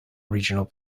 regional